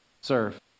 serve